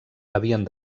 havien